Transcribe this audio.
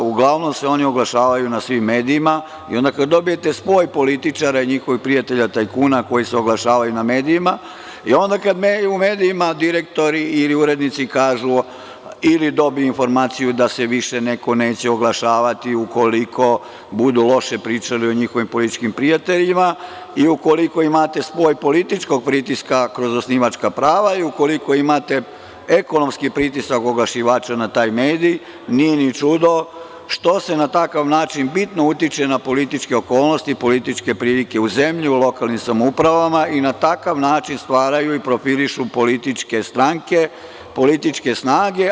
Uglavnom se oni oglašavaju na svim medijima i onda kada dobijete spoj političara i njihovih prijatelja tajkuna, koji se oglašavaju na medijima, i onda kada u medijima direktori i urednici kažu ili dobiju informaciju da se više neko neće oglašavati ukoliko budu loše pričali o njihovim političkim prijateljima i ukoliko imate spoj političkog pritiska kroz osnivačka prava i ukoliko imate ekonomski pritisak oglašivača na taj medij nije ni čudo što se na takav način bitno utiče na političke okolnosti i političke prilike u zemlji i u lokalnim samoupravama i na takav način i profilišu političke stranke, političke snage.